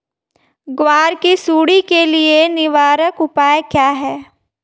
ग्वार की सुंडी के लिए निवारक उपाय क्या है?